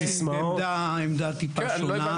להציג עמדה טיפה שונה.